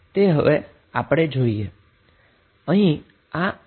તે હવે આપણે જોઈએ